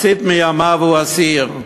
מחצית מימיו הוא אסיר.